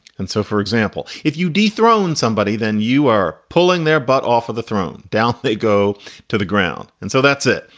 and so, for example, if you dethrone somebody, then you are pulling their butt off of the throne. doubt they go to the ground. and so that's it.